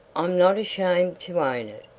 i'm not ashamed to own it.